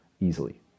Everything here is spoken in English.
easily